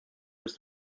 was